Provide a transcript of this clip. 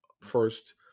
first